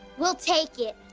we'll take it.